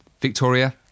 Victoria